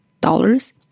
dollars